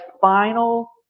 final